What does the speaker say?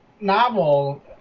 novel